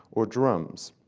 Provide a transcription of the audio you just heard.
or drums.